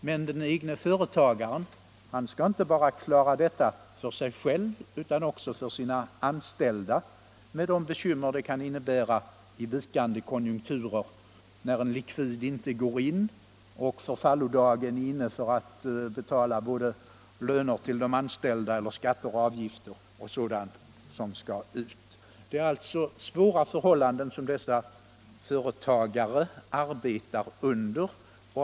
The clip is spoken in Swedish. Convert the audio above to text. Men den som är egenföretagare skall inte bara klara detta för sig själv utan också för sina anställda med de bekymmer det kan innebära i vikande konjunkturer, när en likvid inte går in och förfallodagen är inne för att Näringspolitiken Näringspolitiken betala löner till de anställda, skatter och avgifter och sådant. Företagarna arbetar alltså under svåra förhållanden.